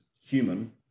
human